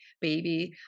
baby